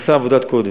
שעשה עבודת קודש.